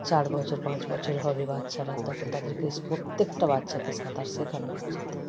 চার বছর পাঁচ বছর হবে বাচ্চারা তখন তাদেরকে প্রত্যেকটা বাচ্চাকে সাঁতার শেখানো উচিত